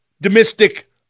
domestic